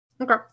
Okay